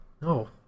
No